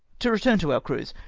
to return to our cruise.